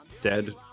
dead